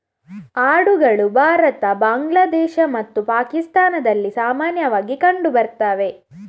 ಆಡುಗಳು ಭಾರತ, ಬಾಂಗ್ಲಾದೇಶ ಮತ್ತು ಪಾಕಿಸ್ತಾನದಲ್ಲಿ ಸಾಮಾನ್ಯವಾಗಿ ಕಂಡು ಬರ್ತವೆ